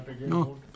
No